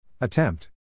Attempt